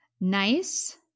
Nice